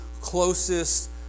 closest